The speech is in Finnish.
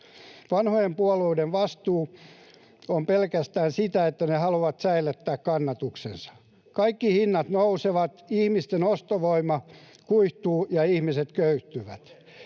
Vanhojen puolueiden vastuu on pelkästään sitä, että ne haluavat säilyttää kannatuksensa. Kaikki hinnat nousevat, ihmisten ostovoima kuihtuu, ja ihmiset köyhtyvät.